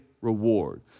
reward